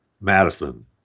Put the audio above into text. Madison